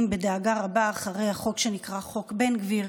בדאגה רבה אחרי החוק שנקרא "חוק בן גביר"